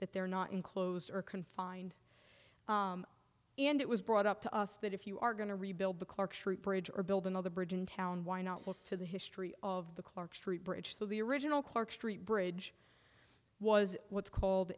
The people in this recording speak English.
that they're not enclosed or confined and it was brought up to us that if you are going to rebuild the corkscrew bridge or build another bridge in town why not look to the history of the clark street bridge so the original clark street bridge was what's called